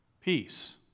peace